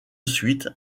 suite